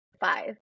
Five